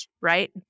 right